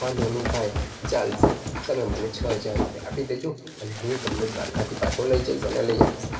વાંધો નહીં ભાઈ ચાલશે તમે મને છ હજાર રૂપિયા આપી દેજો અને હું તમને દ્વારકાથી પાછો લઈ જઈશ અને લઈ આવીશ